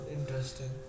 Interesting